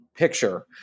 picture